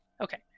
Okay